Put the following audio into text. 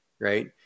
right